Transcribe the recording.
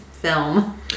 film